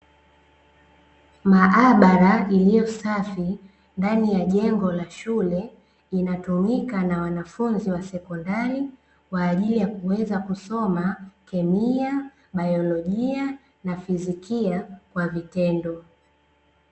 Maabara iliyo safi ndani ya jengo la shule, inatumika na wanafunzi wa sekondari, kwa ajili ya kuweza kusoma kemia, baiolojia na fizikia kwa vitendo.